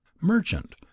Merchant